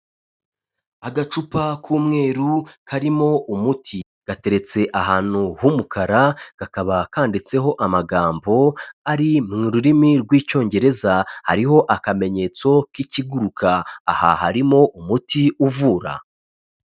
Agacupa k'umweru karimo umuti gateretse ahantu h'umukara, kakaba kandiditseho amagambo ari mu rurimi rw'Icyongereza, hariho akamenyetso k'ikiguruka aha harimo umuti uvura.